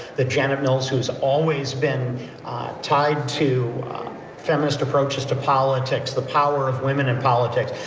that janet mills who's always been tied to feminist approaches to politics the power of women in politics.